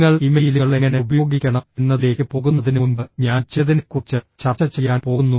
നിങ്ങൾ ഇമെയിലുകൾ എങ്ങനെ ഉപയോഗിക്കണം എന്നതിലേക്ക് പോകുന്നതിനുമുമ്പ് ഞാൻ ചിലതിനെക്കുറിച്ച് ചർച്ച ചെയ്യാൻ പോകുന്നു